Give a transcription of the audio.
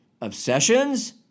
Obsessions